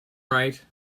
right